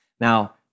Now